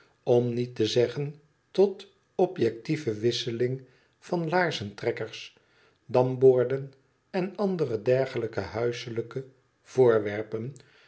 om niet te zeggen tot objectieve wisseling van laarzentrekkers damborden en andere dergelijke huiselijke voorwerpen